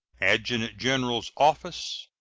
adjutant-general's office,